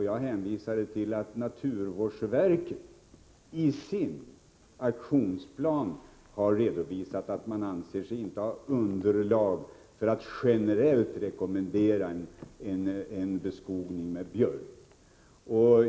Jag hänvisade till att naturvårdsverket i sin aktionsplan har redovisat att det inte finns underlag för att generellt rekommendera en beskogning med björk.